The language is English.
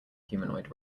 humanoid